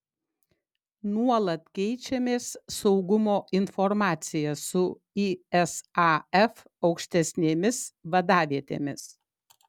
nuolat keičiamės saugumo informacija su isaf aukštesnėmis vadavietėmis